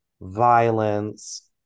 violence